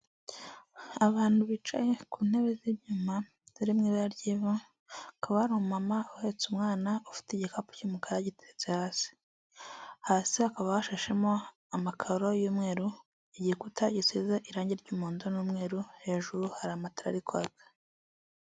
Abantu bicaye ku ntebe z'ibyuma ziri mu ibara ry'ivu, hakaba hari umumama uhetse umwana ufite igikapu cy'umukara giteretse hasi, hasi hakaba hashashemo amakaro y'umweru igikuta gisiza irangi ry'umuhondo n'umweru hejuru hari amatara ari kwaka.